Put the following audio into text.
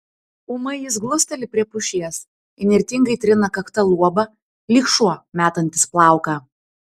ūmai jis glusteli prie pušies įnirtingai trina kakta luobą lyg šuo metantis plauką